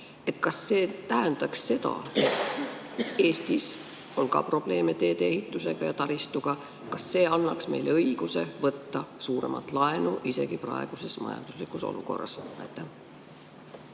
Kas see tähendab seda, et kuna Eestis on probleeme ka teedeehituse ja taristuga, siis see nagu annaks meile õiguse võtta suuremat laenu, isegi praeguses majanduslikus olukorras?